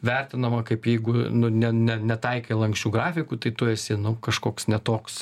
vertinama kaip jeigu ne ne netaikai lanksčių grafikų tai tu esi nu kažkoks ne toks